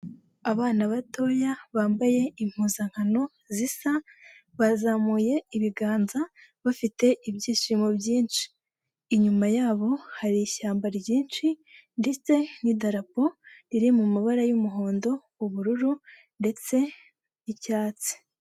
Abana batoya bambaye impuzankano zisa, bazamuye ibiganza, bafite ibyishimo byinshi. Inyuma yabo hari ishyamba ryinshi, ndetse n'idarapo riri mu mabara y'umuhondo, ubururu, ndetse n'icyatsi.